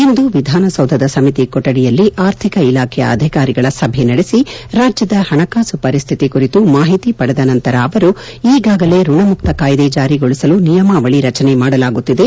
ಇಂದು ವಿಧಾನಸೌಧದ ಸಮಿತಿ ಕೊಠಡಿಯಲ್ಲಿ ಆರ್ಥಿಕ ಇಲಾಖೆಯ ಅಧಿಕಾರಿಗಳ ಸಭೆ ನಡೆಸಿ ರಾಜ್ಯದ ಪಣಕಾಸು ಪರಿಸ್ಥಿತಿ ಕುರಿತು ಮಾಹಿತಿ ಪಡೆದ ನಂತರ ಅವರು ಈಗಾಗಲೇ ಋಣಮುಕ್ತ ಕಾಯ್ದೆ ಜಾರಿಗೊಳಿಸಲು ನಿಯಮಾವಳಿ ರಚನೆ ಮಾಡಲಾಗುತ್ತಿದೆ